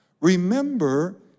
Remember